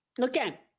Okay